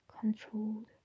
controlled